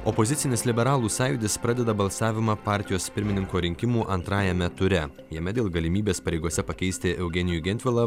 opozicinės liberalų sąjūdis pradeda balsavimą partijos pirmininko rinkimų antrajame ture jame dėl galimybės pareigose pakeisti eugenijų gentvilą